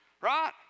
right